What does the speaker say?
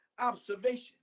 observation